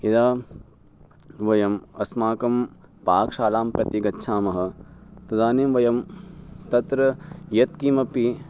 यदा वयम् अस्माकं पाकशालां प्रति गच्छामः तदानीं वयं तत्र यत्किमपि